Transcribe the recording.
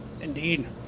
Indeed